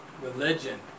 religion